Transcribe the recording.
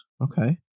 Okay